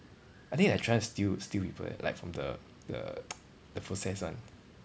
I think they trying to steal steal people eh like from the the the process [one]